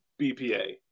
bpa